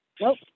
Nope